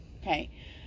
Okay